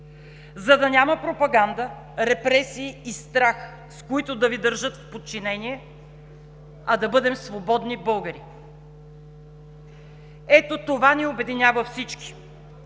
за да няма пропаганда, репресии и страх, с които да Ви държат в подчинение, а да бъдем свободни българи. Ето това ни обединява всички